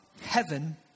Heaven